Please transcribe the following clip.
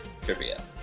trivia